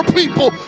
people